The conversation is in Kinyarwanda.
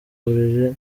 buriri